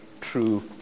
true